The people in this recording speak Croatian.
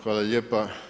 Hvala lijepa.